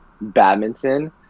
badminton